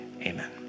Amen